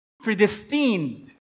predestined